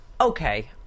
Okay